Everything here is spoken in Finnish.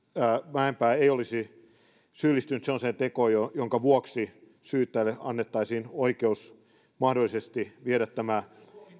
mäenpää ei olisi syyllistynyt semmoiseen tekoon jonka vuoksi syyttäjälle annettaisiin oikeus mahdollisesti viedä tämä